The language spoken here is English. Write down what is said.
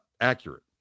accurate